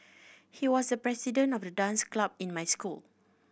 he was the president of the dance club in my school